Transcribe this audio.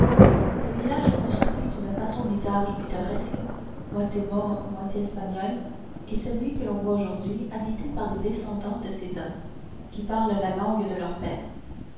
ce village construit d'une façon bizarre et pittoresque moitié maure moitié espagnol est celui que l'on voit aujourd'hui habité par des descendants de ces hommes qui parlent la langue de leurs pères